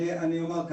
נמצאים?